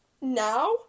now